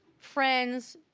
friends,